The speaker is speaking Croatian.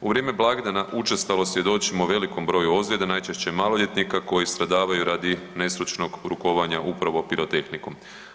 U vrijeme blagdana učestalo svjedočimo velikom broju ozljeda, najčešće maloljetnika koji stradavaju radi nestručnog rukovanja upravo pirotehnikom.